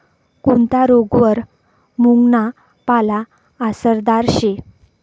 कोनता रोगवर मुंगना पाला आसरदार शे